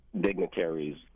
dignitaries